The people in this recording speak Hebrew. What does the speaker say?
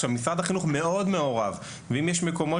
משרד החינוך מאוד מעורב, ואם יש מקומות